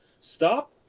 stop